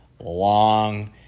long